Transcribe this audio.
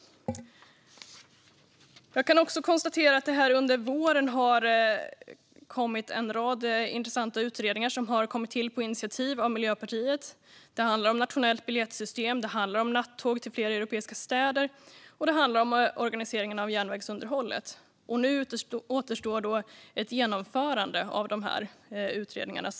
Jag kan också konstatera att det under våren har kommit en rad intressanta utredningar som har kommit till på initiativ av Miljöpartiet. De handlar om ett nationellt biljettsystem, nattåg till flera europeiska städer och organiseringen av järnvägsunderhållet. Nu återstår ett genomförande av förslagen i de här utredningarna.